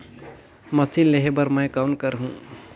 Machine लेहे बर मै कौन करहूं?